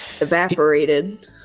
evaporated